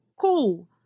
cool